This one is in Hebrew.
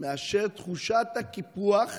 מאשר תחושת הקיפוח